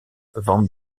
van